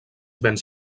béns